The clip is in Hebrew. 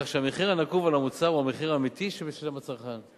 כך שהמחיר הנקוב על המוצר הוא המחיר האמיתי שהצרכן משלם.